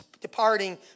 departing